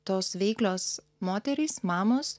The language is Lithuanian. tos veiklios moterys mamos